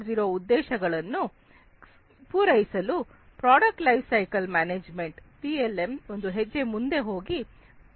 0 ಉದ್ದೇಶಗಳನ್ನು ಪೂರೈಸಲು product life cycle management ಒಂದು ಹೆಜ್ಜೆ ಮುಂದೆ ಹೋಗಿ ಪ್ರಯತ್ನಿಸುತ್ತದೆ